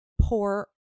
poor